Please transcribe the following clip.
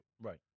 right